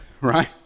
right